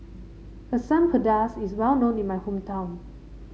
Asam Pedas is well known in my hometown